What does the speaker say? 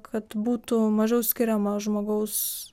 kad būtų mažiau skiriama žmogaus